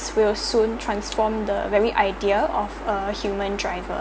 will soon transform the very idea of a human driver